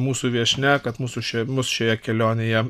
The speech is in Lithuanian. mūsų viešnia kad mūsų še mus šioje kelionėje